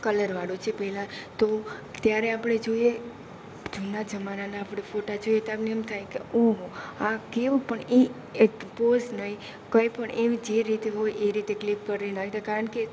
કલરવાળું છે પહેલાં તો ત્યારે આપણે જોઈએ તો જૂના જમાનાના આપણે ફોટા જોઈએ તો આપને એમ થાય કે ઓહો આ કેવું પણ એ એ પોઝ નહીં કોઈપણ એવું જે રીતે હોય એ રીતે ક્લિક કરેલા હતા કારણ કે